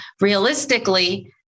realistically